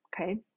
okay